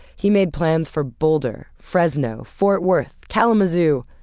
he made plans for boulder, fresno, fort worth, kalamazoo.